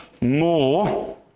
more